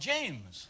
James